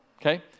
Okay